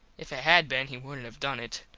if it had been he wouldnt have done it.